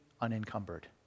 unencumbered